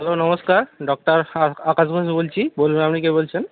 hello নমস্কার doctor Akash Basu বলছি বলুন আপনি কে বলছেন